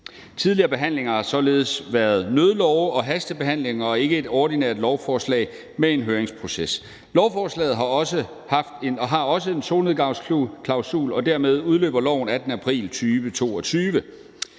Tidligere behandlinger har således været nødlove og hastebehandlinger og ikke en ordinær lovforslagsbehandling med en høringsproces. Lovforslaget har også en solnedgangsklausul, og dermed udløber loven den 18. april 2022.